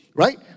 Right